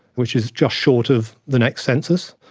which is just short of the next census.